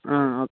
ആ ഓ